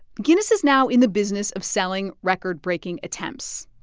guinness is now in the business of selling record-breaking attempts,